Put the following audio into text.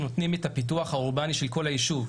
אלה שנותנים את הפיתוח האורבני של כל היישוב.